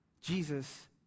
Jesus